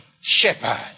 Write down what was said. shepherd